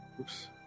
Oops